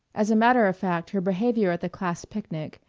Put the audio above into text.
as a matter of fact her behavior at the class picnic,